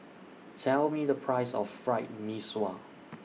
Tell Me The Price of Fried Mee Sua